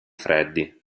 freddi